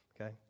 okay